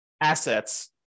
assets